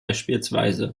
bspw